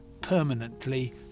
permanently